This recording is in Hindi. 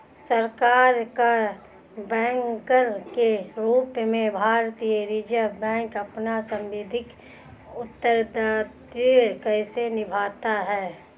सरकार का बैंकर के रूप में भारतीय रिज़र्व बैंक अपना सांविधिक उत्तरदायित्व कैसे निभाता है?